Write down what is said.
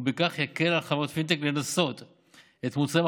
ובכך יקל על חברות פינטק לנסות את מוצריהן